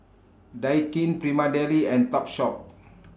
Daikin Prima Deli and Topshop